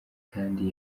kandi